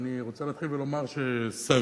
ואני רוצה להתחיל ולומר שסבי,